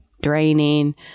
Draining